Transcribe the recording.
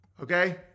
Okay